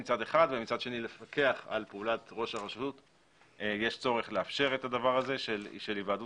ומצד שני לפקח על פעולת ראש הרשות - יש צורך לאפשר את הדבר הזה של היוועדות